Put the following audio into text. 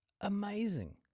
Amazing